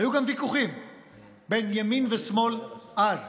היו גם ויכוחים בין ימין ושמאל אז,